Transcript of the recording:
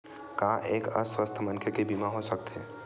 का एक अस्वस्थ मनखे के बीमा हो सकथे?